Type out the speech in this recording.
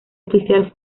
oficial